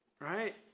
right